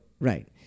right